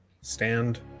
stand